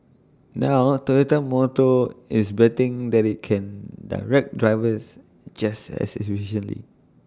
now Toyota motor is betting that IT can direct drivers just as efficiently